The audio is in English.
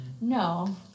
No